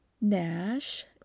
Nash